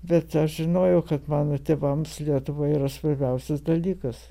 bet aš žinojau kad mano tėvams lietuva yra svarbiausias dalykas